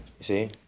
see